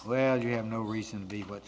where you have no reason to be but